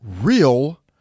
real